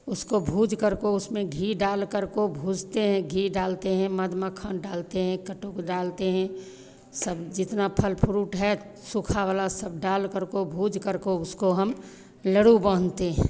उसको भूँजकर को उसमें घी डालकर को भूँजते हैं घी डालते हैं मद मक्खन डालते हैं कटुक डालते हैं तब जितना फल फ्रूट है सूखा वाला सब डालकर को भूँजकर को उसको हम लड्ड़ू बाँधते हैं